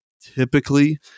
typically